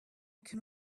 can